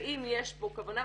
ואם יש פה כוונה,